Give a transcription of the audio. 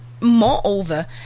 moreover